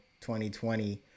2020